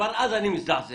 וכבר אז אני מזדעזע.